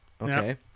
okay